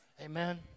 Amen